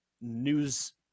news